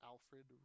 Alfred